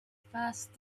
first